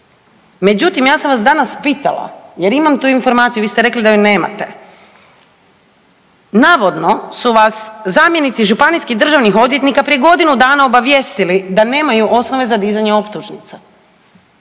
Međutim, ja sam vas danas pitala jer imam tu informaciju, vi ste rekli da je nemate navodno su vas zamjenici županijskih državnih odvjetnika prije godinu dana obavijestili da nemaju osnove za dizanje optužnice,